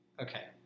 okay